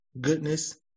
goodness